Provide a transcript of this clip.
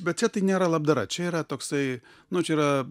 bet čia tai nėra labdara čia yra toksai nu čia yra